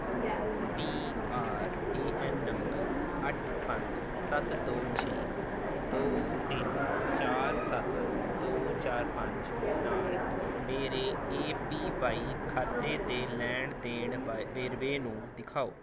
P R A N number ਅੱਠ ਪੰਜ ਸੱਤ ਦੋ ਛੇ ਦੋ ਤਿੰਨ ਚਾਰ ਸੱਤ ਦੋ ਚਾਰ ਪੰਜ ਨਾਲ ਮੇਰੇ ਏ ਪੀ ਵਾਈ ਖਾਤੇ ਦੇ ਲੈਣ ਦੇਣ ਵਾ ਵੇਰਵੇ ਨੂੰ ਦਿਖਾਓ